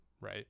right